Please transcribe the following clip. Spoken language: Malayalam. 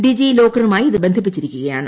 ഡിജി ലോക്കറുമായി ഇത് ബന്ധിപ്പിച്ചിരിക്കൂകയാണ്